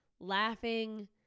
laughing